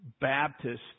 Baptist